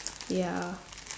ya